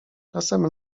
czasem